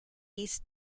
east